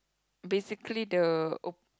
basically the op~